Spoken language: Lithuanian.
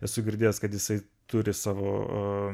esu girdėjęs kad jisai turi savo